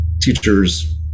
teachers